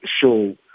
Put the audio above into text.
show